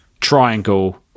Triangle